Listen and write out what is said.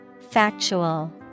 Factual